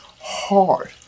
hard